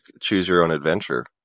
choose-your-own-adventure